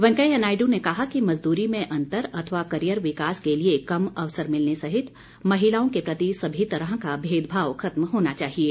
वैंकेया नायडू ने कहा कि मजदूरी में अंतर अथवा कैरियर विकास के लिये कम अवसर मिलने सहित महिलाओं के प्रति सभी तरह का भेदभाव खत्म होना चाहिये